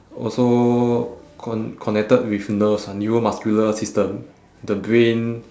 also con~ connected with nerves ah neuromuscular system the brain